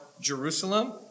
Jerusalem